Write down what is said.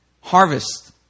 harvest